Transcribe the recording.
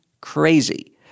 crazy